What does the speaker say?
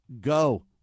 go